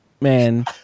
man